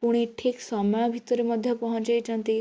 ପୁଣି ଠିକ୍ ସମୟ ଭିତରେ ମଧ୍ୟ ପହଞ୍ଚାଇଛନ୍ତି